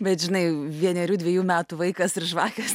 bet žinai vienerių dviejų metų vaikas ir žvakės